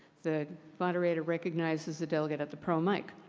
the moderator recognizes the delegate at the pro mic.